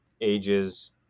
ages